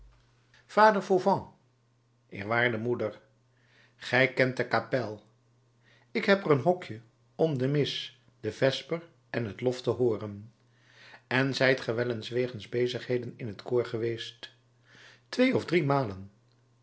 vader fauvent eerwaardige moeder gij kent de kapel ik heb er een hokje om de mis de vesper en het lof te hooren en zijt ge wel eens wegens bezigheden in t koor geweest twee of drie malen